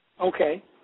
Okay